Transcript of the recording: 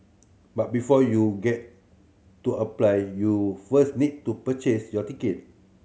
but before you get to apply you first need to purchase your ticket